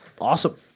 awesome